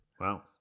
Wow